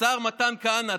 השר מתן כהנא,